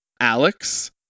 Alex